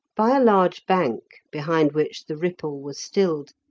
by a large bank, behind which the ripple was stilled,